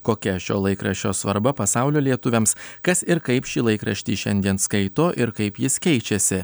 kokia šio laikraščio svarba pasaulio lietuviams kas ir kaip šį laikraštį šiandien skaito ir kaip jis keičiasi